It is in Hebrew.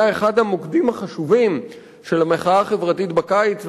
אחד המוקדים החשובים של המחאה החברתית בקיץ,